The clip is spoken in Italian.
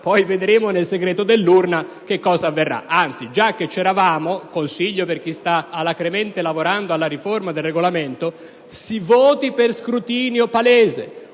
mano. Vedremo nel segreto dell'urna cosa avverrà. Già che ci siamo, do un consiglio per chi sta alacremente lavorando alla riforma del Regolamento: si voti per scrutinio palese,